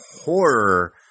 horror